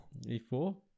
E4